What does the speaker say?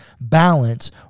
balance